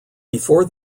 before